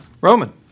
Roman